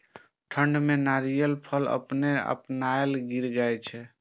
ठंड में नारियल के फल अपने अपनायल गिरे लगए छे?